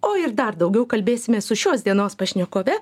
o ir dar daugiau kalbėsimės su šios dienos pašnekove